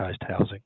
housing